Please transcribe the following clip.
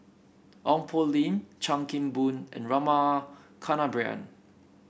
Ong Poh Lim Chan Kim Boon and Rama Kannabiran